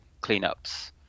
cleanups